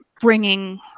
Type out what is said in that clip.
bringing